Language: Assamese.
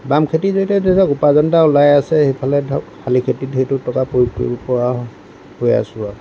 বাম খেতিতো এতিয়া উপাৰ্জন এটা ওলাই আছে সেইফালে ধৰক শালী খেতিত সেইটো টকা প্ৰয়োগ কৰা হৈ আছোঁ আৰু